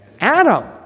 Adam